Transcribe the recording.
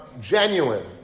genuine